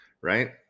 right